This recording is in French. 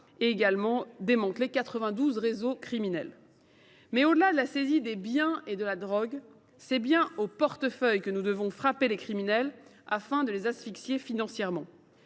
également démantelé quatre vingt douze réseaux criminels. Au delà de la saisie des biens et de la drogue, c’est bien au portefeuille que nous devons frapper les criminels afin de les asphyxier financièrement.